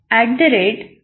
iisctagmail